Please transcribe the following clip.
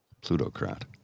plutocrat